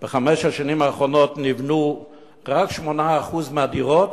בחמש השנים האחרונות נבנו רק 8% מהדירות,